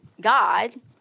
God